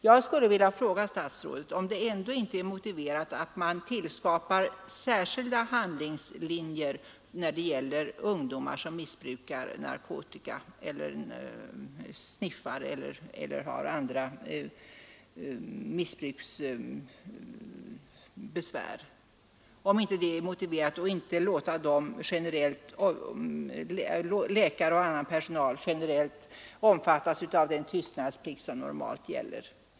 Jag skulle vilja fråga statsrådet, om det ändå inte är motiverat att ange särskilda handlingslinjer när det gäller ungdomar som missbrukar narkotika, sniffar eller har andra missbruksbesvär, i stället för att låta läkare och annan personal generellt omfattas av den tystnadsplikt som normalt gäller.